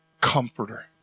Comforter